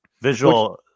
Visual